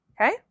okay